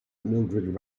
mildrid